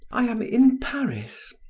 i am in paris.